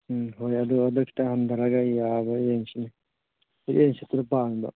ꯎꯝ ꯍꯣꯏ ꯑꯗꯨ ꯑꯗꯨ ꯈꯤꯇꯪ ꯍꯟꯗꯔꯒ ꯌꯥꯕ꯭ꯔꯥ ꯌꯦꯡꯁꯤꯅꯦ ꯑꯦꯜ ꯁꯦꯞꯀꯤꯗꯣ ꯄꯥꯝꯃꯤꯕ